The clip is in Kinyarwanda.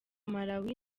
malawi